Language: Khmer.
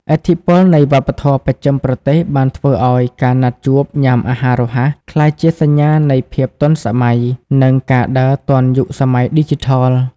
ឥទ្ធិពលនៃវប្បធម៌បស្ចិមប្រទេសបានធ្វើឱ្យការណាត់ជួបញ៉ាំអាហាររហ័ស ក្លាយជាសញ្ញានៃភាពទាន់សម័យ និងការដើរទាន់យុគសម័យឌីជីថល។